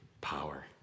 power